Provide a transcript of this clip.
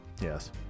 Yes